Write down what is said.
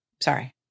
Sorry